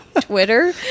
Twitter